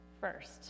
first